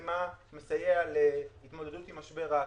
מה מסייע להתמודדות עם משבר האקלים.